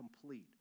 complete